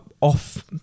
off